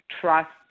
trust